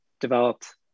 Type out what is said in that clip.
developed